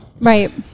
Right